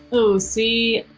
ooh, see.